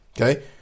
okay